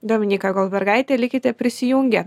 dominyka goldbergaitė likite prisijungę